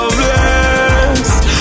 blessed